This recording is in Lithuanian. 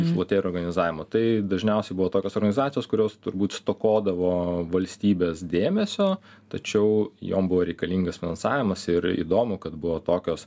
iš loterijų organizavimo tai dažniausiai buvo tokios organizacijos kurios turbūt stokodavo valstybės dėmesio tačiau jom buvo reikalingas finansavimas ir įdomu kad buvo tokios